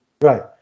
Right